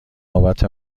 نوبت